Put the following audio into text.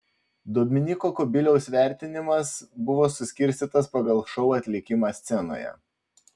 dominyko kubiliaus vertinimas buvo suskirstytas pagal šou atlikimą scenoje